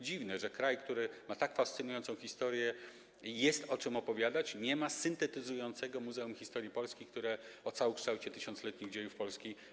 Dziwne, że kraj, który ma tak fascynującą historię, jest o czym opowiadać, nie ma syntetyzującego Muzeum Historii Polski, które opowiada o całokształcie tysiącletnich dziejów Polski.